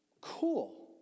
cool